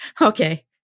Okay